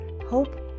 hope